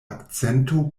akcento